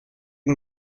can